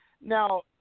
Now